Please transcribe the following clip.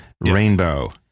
rainbow